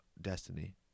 destiny